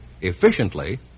efficiently